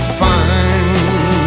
fine